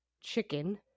chicken